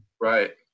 Right